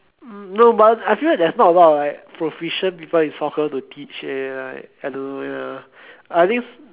mm no but I feel like there's not a lot of like proficient people in soccer to teach eh like I don't know eh I think